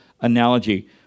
analogy